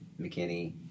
McKinney